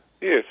Yes